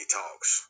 talks